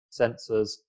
sensors